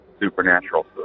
supernatural